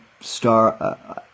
star